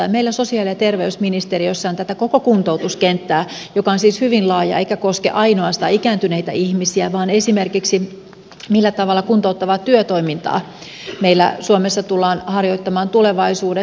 meillä sosiaali ja terveysministeriössä on tarkasteltu tätä koko kuntoutuskenttää joka on siis hyvin laaja eikä koske ainoastaan ikääntyneitä ihmisiä vaan esimerkiksi sitä millä tavalla kuntouttavaa työtoimintaa meillä suomessa tullaan harjoittamaan tulevaisuudessa